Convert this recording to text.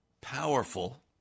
powerful